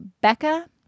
Becca